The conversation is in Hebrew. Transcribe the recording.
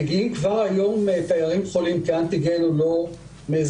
מגיעים כבר היום תיירים חולים כי האנטיגן לא מזהה